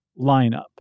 lineup